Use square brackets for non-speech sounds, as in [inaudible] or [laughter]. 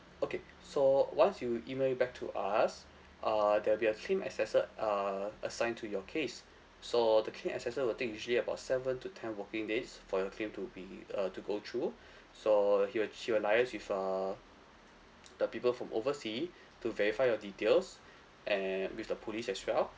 okay so once you email it back to us err there'll be a claim assessor err assigned to your case so the claim assessor would take usually about seven to ten working days for your claim to be err to go through so he will she will liaise with a [noise] the people from oversea to verify your details and with the police as well